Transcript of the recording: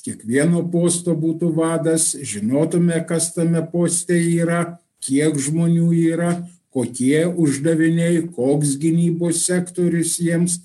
kiekvieno posto būtų vadas žinotume kas tame poste yra kiek žmonių yra kokie uždaviniai koks gynybos sektorius jiems